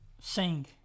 Sing